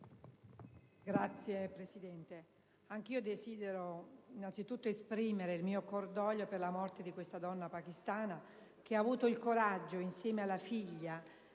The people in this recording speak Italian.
Signor Presidente, anch'io desidero innanzitutto esprimere il mio cordoglio per la morte di questa donna pakistana che ha avuto il coraggio, insieme alla figlia,